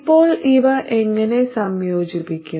ഇപ്പോൾ ഇവ എങ്ങനെ സംയോജിപ്പിക്കും